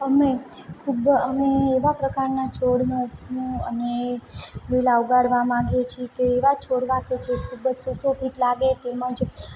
અમે ખૂબ અમે એવા પ્રકારના છોડન નું અને વેલા ઉગાડવા માંગીએ છીએ કે એવા છોડવા કે જે સુશોભિત લાગે તેમજ